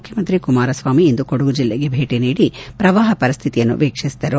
ಮುಖ್ಯಮಂತ್ರಿ ಕುಮಾರ ಸ್ವಾಮಿ ಇಂದು ಕೊಡಗು ಜಿಲ್ಲೆಗೆ ಭೇಟ ನೀಡಿ ಪ್ರವಾಹ ಪರಿಸ್ತಿತಿಯನ್ನು ವೀಕ್ಷಿಸಿದರು